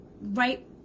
Right